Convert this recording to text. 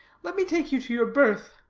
let me take you to your berth.